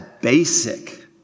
basic